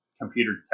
computer